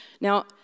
Now